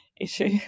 issue